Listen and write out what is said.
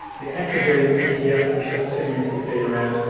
they activate egf receptor signaling through kras.